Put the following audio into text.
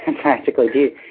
practically